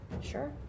Sure